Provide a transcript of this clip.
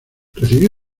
recibió